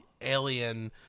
alien